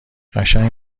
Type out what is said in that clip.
قشنگ